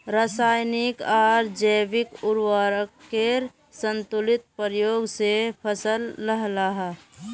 राशयानिक आर जैविक उर्वरकेर संतुलित प्रयोग से फसल लहलहा